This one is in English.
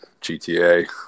GTA